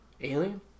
Alien